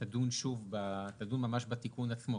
תדון ממש בתיקון עצמו,